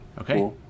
Okay